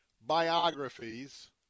biographies